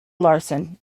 larsen